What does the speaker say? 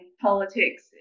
politics